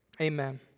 amen